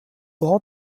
war